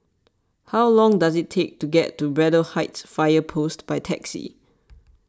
how long does it take to get to Braddell Heights Fire Post by taxi